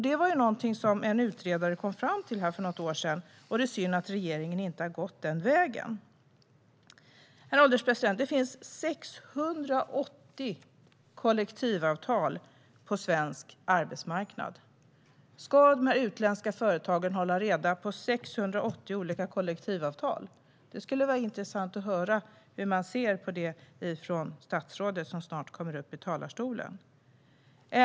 Det var någonting som en utredare kom fram till för något år sedan, och det är synd att regeringen inte har gått den vägen. Herr ålderspresident! Det finns 680 kollektivavtal på svensk arbetsmarknad. Ska de utländska företagen hålla reda på 680 kollektivavtal? Det skulle vara intressant att höra hur statsrådet, som snart kommer upp i talarstolen, ser på det.